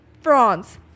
France